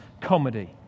comedy